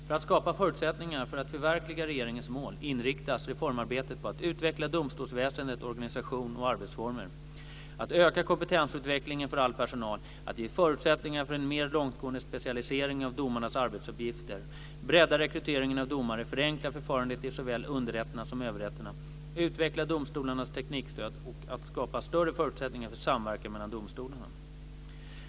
För att skapa förutsättningar för att förverkliga regeringens mål inriktas reformarbetet på att utveckla domstolsväsendets organisation och arbetsformer, att öka kompetensutvecklingen för all personal, att ge förutsättningar för en mer långtgående specialisering av domarnas arbetsuppgifter, bredda rekryteringen av domare, förenkla förfarandet i såväl underrätterna som överrätterna, utveckla domstolarnas teknikstöd och att skapa större förutsättningar för samverkan mellan domstolar.